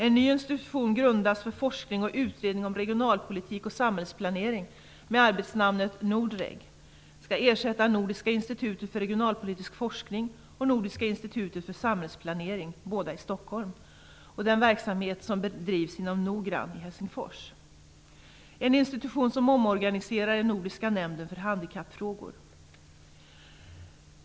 En ny institution skall grundas för forskning och utredning om regionalpolitik och samhällsplanering med arbetsnamnet NORDREG. Den skall ersätta Nordiska institutet för regionalpolitisk forskning och Nordiska institutet för samhällsplanering - båda i Stockholm - och den verksamhet som bedrivs inom NORHAB i Helsingfors, som är en institution som omorganiserar den nordiska nämnden för handikappfrågor.